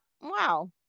wow